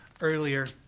earlier